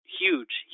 huge